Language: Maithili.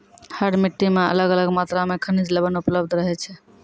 हर मिट्टी मॅ अलग अलग मात्रा मॅ खनिज लवण उपलब्ध रहै छै